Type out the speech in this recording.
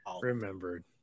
remembered